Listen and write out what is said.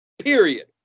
period